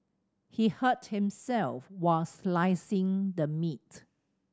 he hurt himself while slicing the meat